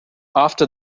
after